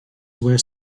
were